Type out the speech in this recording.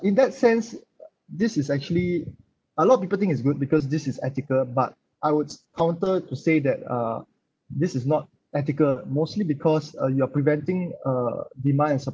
in that sense this is actually a lot of people think it's good because this is ethical but I would counter to say that uh this is not ethical mostly because uh you are preventing uh demand and supply